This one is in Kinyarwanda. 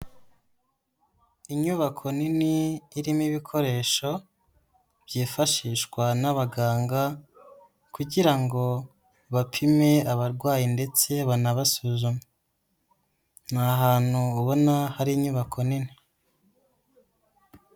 Inyubako nini irimo ibikoresho byifashishwa n'abaganga kugira ngo bapime abarwayi ndetse banabasuzume. Ni ahantu ubona hari inyubako nini.